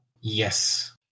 Yes